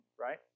right